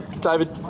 David